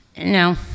No